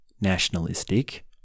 nationalistic